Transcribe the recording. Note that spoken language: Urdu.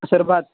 عصر بعد